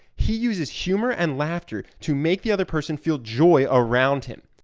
he uses humor and laughter to make the other person feel joy around him.